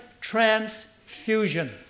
transfusion